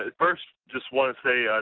ah first, just want to say,